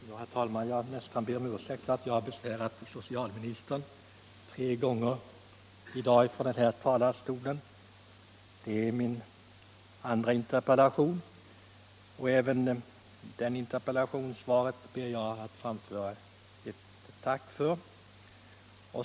Herr talman! Jag nästan ber om ursäkt för att jag har besvärat socialministern tre gånger i dag. Det här är min andra interpellation, och även för detta interpellationssvar ber jag att få framföra ett tack.